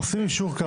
עושים יישור קו.